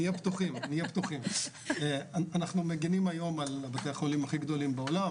אנחנו מגנים היום על בתי החולים הכי גדולים בעולם,